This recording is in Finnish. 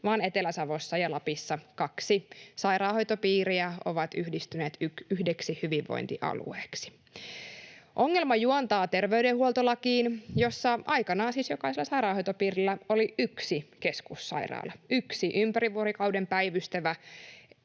vaan Etelä-Savossa ja Lapissa kaksi sairaanhoitopiiriä ovat yhdistyneet yhdeksi hyvinvointialueeksi. Ongelma juontaa terveydenhuoltolakiin, jossa aikanaan siis jokaisella sairaanhoitopiirillä oli yksi keskussairaala, yksi ympäri vuorokauden päivystävä